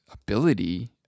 ability